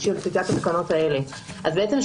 בעצם,